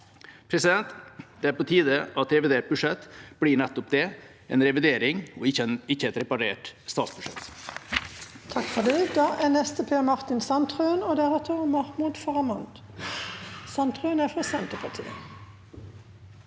statsfinansene. Det er på tide at revidert budsjett blir nettopp det – en revidering, og ikke et reparert statsbudsjett.